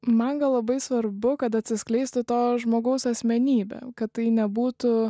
man gal svarbu kad atsiskleistų to žmogaus asmenybė kad tai nebūtų